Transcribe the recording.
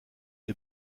est